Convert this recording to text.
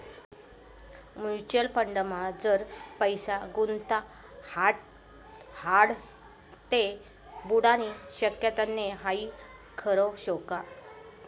Mutual फंडमा जर पैसा गुताडात ते बुडानी शक्यता नै हाई खरं शेका?